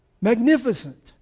Magnificent